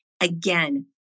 Again